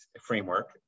framework